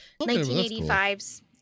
1985's